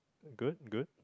good good